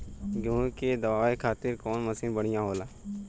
गेहूँ के दवावे खातिर कउन मशीन बढ़िया होला?